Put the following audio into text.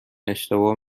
اشتباه